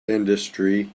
industry